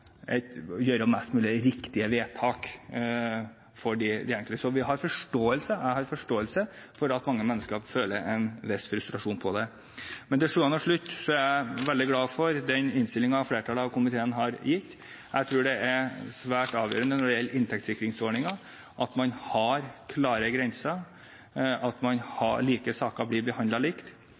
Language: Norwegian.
mest mulig riktige vedtak for de enkelte. Men jeg har forståelse for at mange mennesker føler en viss frustrasjon. Til sjuende og sist er jeg veldig glad for den innstillingen flertallet i komiteen har avgitt. Jeg tror det er svært avgjørende når det gjelder inntektssikringsordningen, at man har klare grenser, at like saker blir behandlet likt,